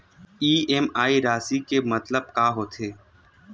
EMI राशि के मतलब का होथे?